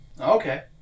Okay